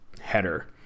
header